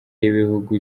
y’ibihugu